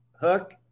hook